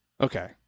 Okay